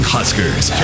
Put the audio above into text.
Huskers